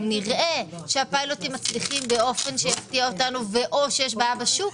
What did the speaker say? אם נראה שהפיילוטים מצליחים באופן שיפתיע אותנו או נראה שיש בעיה בשוק,